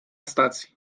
stacji